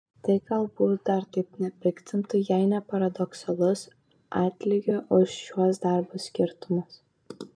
tai galbūt dar taip nepiktintų jei ne paradoksalus atlygių už šiuos darbus skirtumas